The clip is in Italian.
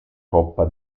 coppa